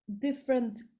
different